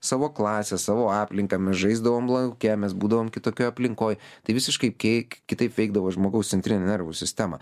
savo klasę savo aplinką mes žaisdavom lauke mes būdavome kitokioj aplinkoj tai visiškai kei kitaip veikdavo žmogaus centrinę nervų sistemą